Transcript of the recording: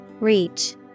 Reach